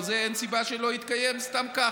אין סיבה שלא יתקיים סתם כך.